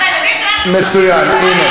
מצוין.